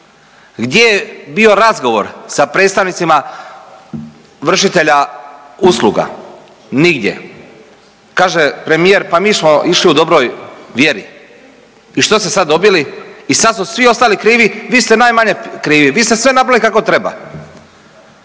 gdje je bio razgovor sa predstavnicima vršitelja usluga? Nigdje. Kaže premijer, pa mi smo išli u dobroj vjeri i što ste sad dobili? I sad su svi ostali krivi, vi ste najmanje krivi, vi ste sve napravili kako treba,